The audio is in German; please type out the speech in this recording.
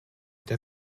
der